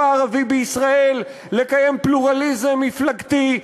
הערבי בישראל לקיים פלורליזם מפלגתי,